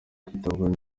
kwitabwaho